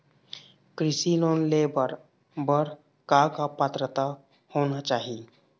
कृषि लोन ले बर बर का का पात्रता होना चाही?